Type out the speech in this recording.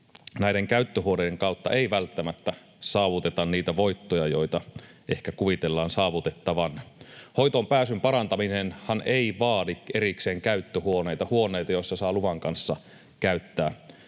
näiden käyttöhuoneiden kautta ei välttämättä saavuteta niitä voittoja, joita ehkä kuvitellaan saavutettavan. Hoitoonpääsyn parantaminenhan ei vaadi erikseen käyttöhuoneita, huoneita, joissa saa luvan kanssa käyttää